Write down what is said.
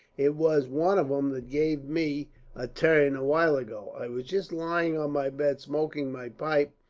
it was one of em that gave me a turn, a while ago. i was just lying on my bed smoking my pipe,